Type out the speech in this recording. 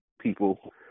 people